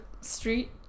street